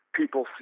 people